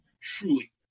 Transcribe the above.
truly